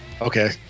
okay